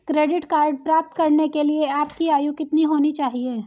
Credit card प्राप्त करने के लिए आपकी आयु कितनी होनी चाहिए?